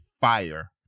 fire